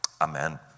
amen